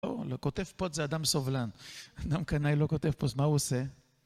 לא, לא, כותב פוסט זה אדם סובלן. אדם קנאי לא כותב פוסט, אז מה הוא עושה?